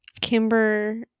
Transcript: Kimber